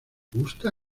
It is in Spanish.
gusta